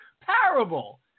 parable